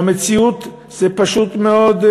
במציאות זה פשוט מאוד,